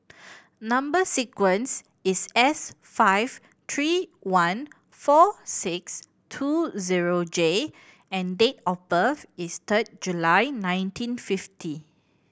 number sequence is S five three one four six two zero J and date of birth is third July nineteen fifty